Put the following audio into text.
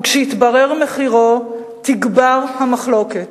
וכשיתברר מחירו תגבר המחלוקת.